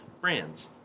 brands